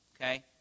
okay